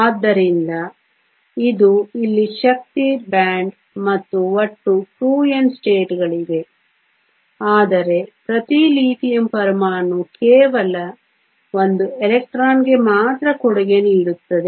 ಆದ್ದರಿಂದ ಇದು ಇಲ್ಲಿ ಶಕ್ತಿ ಬ್ಯಾಂಡ್ ಮತ್ತು ಒಟ್ಟು 2N ಸ್ಥಿತಿಗಳಿವೆ ಆದರೆ ಪ್ರತಿ ಲಿಥಿಯಂ ಪರಮಾಣು ಕೇವಲ ಒಂದು ಎಲೆಕ್ಟ್ರಾನ್ಗೆ ಮಾತ್ರ ಕೊಡುಗೆ ನೀಡುತ್ತದೆ